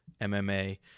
MMA